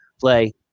play